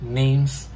name's